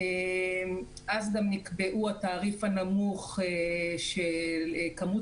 אז גם נקבעו התעריף הנמוך עבור כמות